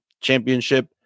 championship